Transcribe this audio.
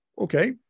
Okay